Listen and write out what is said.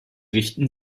richten